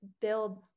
build